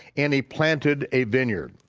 and he planted a vineyard.